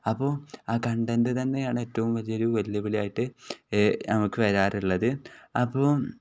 അപ്പോൾ ആ കണ്ടൻറ് തന്നെയാണ് ഏറ്റവും വലിയൊരു വെല്ലുവിളിയായിട്ട് നമുക്ക് വരാറുള്ളത് അപ്പോൾ